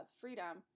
freedom